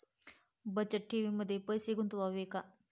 बचत ठेवीमध्ये पैसे गुंतवावे का?